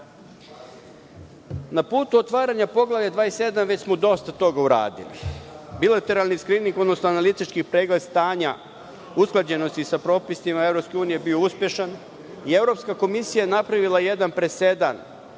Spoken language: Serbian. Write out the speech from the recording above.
putu otvaranja Poglavlja 27, već smo dosta toga uradili. Bilateralni skrining, odnosno analitički pregled stanja usklađenosti sa propisima Evropske unije je bio uspešan i Evropska komisija je napravila jedan presedan